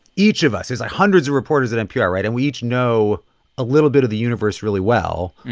each of us there's, like, hundreds of reporters at npr, right. and we each know a little bit of the universe really well.